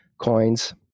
coins